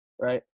right